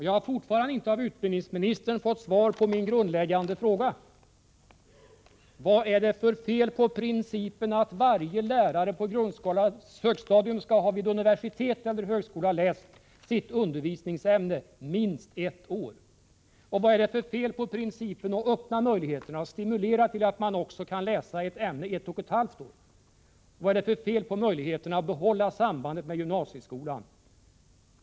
Jag har fortfarande inte av utbildningsministern fått svar på min grundläggande fråga: Vad är det för fel på principen att varje lärare på grundskolans högstadium vid universitet eller högskola skall ha läst sitt undervisningsämne under minst ett år? Och vad är det för fel på principen att öppna möjligheter och stimulera till att man också kan läsa ett ämne i ett och ett halvt år? Vad är det för fel i att behålla sambandet med gymnasieskolan?